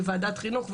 בוועדת חינוך,